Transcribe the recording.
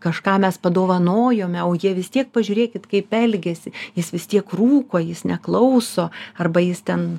kažką mes padovanojome o jie vis tiek pažiūrėkit kaip elgiasi jis vis tiek rūko jis neklauso arba jis ten